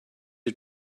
are